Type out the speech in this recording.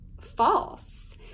false